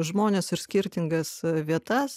žmones ir skirtingas vietas